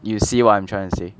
you see what I'm trying to say